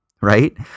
Right